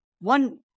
one